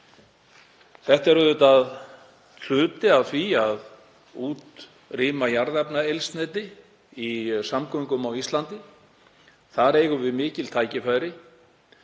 Þetta er auðvitað hluti af því að útrýma jarðefnaeldsneyti í samgöngum á Íslandi. Þar eigum við mikil tækifæri.